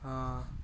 ହଁ